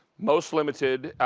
most limited.